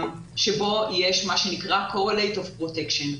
בו יש מה שנקרא קורלייט אוף פרוטקשן,